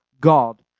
God